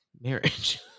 marriage